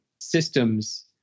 systems